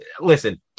listen